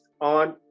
on